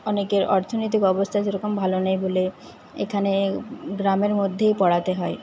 অনেকের অর্থনৈতিক অবস্থা সেরকম ভালো নেই বলে এখানে গ্রামের মধ্যেই পড়াতে হয়